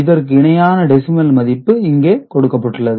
இதற்கு இணையான டெசிமல் மதிப்பு இங்கே கொடுக்கப்பட்டுள்ளது